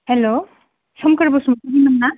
hello Somkhor Basumatary नामा